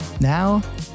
Now